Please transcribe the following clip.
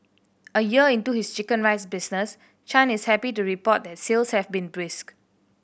a year into his chicken rice business Chan is happy to report that sales have been brisk